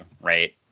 Right